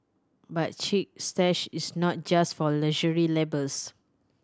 but Chic Stash is not just for luxury labels